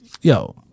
Yo